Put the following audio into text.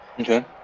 Okay